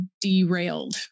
derailed